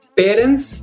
parents